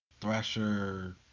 Thrasher